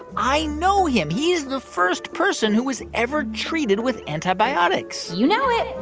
i know him. he's the first person who was ever treated with antibiotics you know it.